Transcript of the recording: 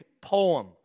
poem